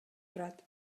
турат